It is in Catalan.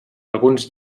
alguns